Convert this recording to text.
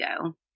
go